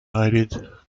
united